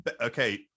okay